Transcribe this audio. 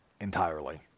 entirely